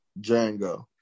Django